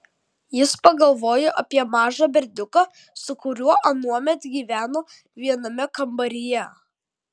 jis pagalvojo apie mažą berniuką su kuriuo anuomet gyveno viename kambaryje